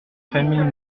familles